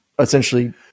essentially